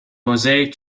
mosaic